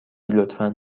لطفا